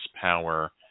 power